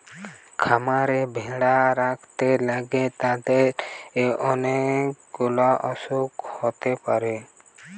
খামারে ভেড়া রাখতে গ্যালে তাদের অনেক গুলা অসুখ হতে পারে